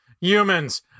Humans